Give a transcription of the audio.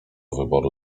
wyboru